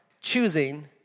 choosing